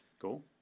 Cool